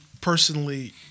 personally